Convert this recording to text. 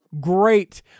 Great